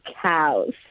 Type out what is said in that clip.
cows